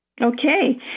Okay